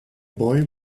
boy